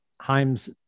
Heim's